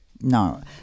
No